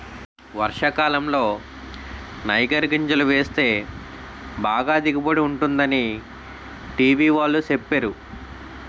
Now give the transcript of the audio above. వర్షాకాలంలో నైగర్ గింజలు వేస్తే బాగా దిగుబడి ఉంటుందని టీ.వి వాళ్ళు సెప్పేరు